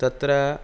तत्र